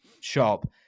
shop